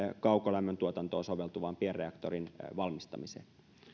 kaukolämmön tuotantoon soveltuvan pienreaktorin valmistamiseen